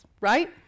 right